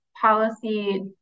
policy